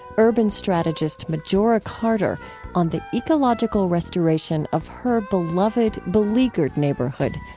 urban strategist majora carter on the ecological restoration of her beloved, beleaguered neighborhood,